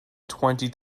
twenty